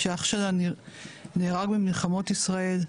שאח שלה נהרג במלחמות ישראל,